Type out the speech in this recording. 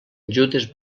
judes